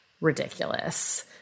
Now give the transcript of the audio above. ridiculous